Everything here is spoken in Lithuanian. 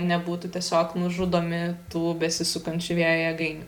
nebūtų tiesiog nužudomi tų besisukančių vėjo jėgainių